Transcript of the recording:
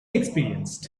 experienced